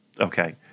okay